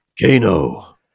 Kano